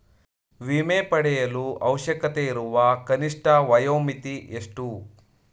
ವಿಮೆ ಪಡೆಯಲು ಅವಶ್ಯಕತೆಯಿರುವ ಕನಿಷ್ಠ ವಯೋಮಿತಿ ಎಷ್ಟು?